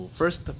first